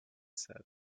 said